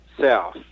south